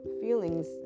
feelings